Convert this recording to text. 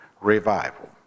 Revival